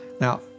Now